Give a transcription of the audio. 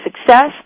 success